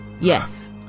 Yes